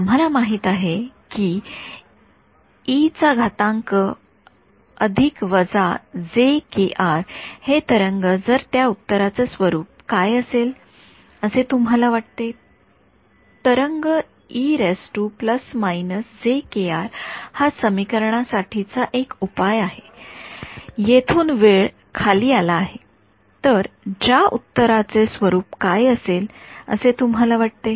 तर आम्हाला माहित आहे की हे तरंग तर त्या उत्तराचे स्वरूप काय असेल असे तुम्हाला वाटते तरंग हा समीकरणा साठी चा एक उपाय आहे येथून वेळ खाली आला आहे तर त्या उत्तराचे स्वरूप काय असेल असे तुम्हाला वाटते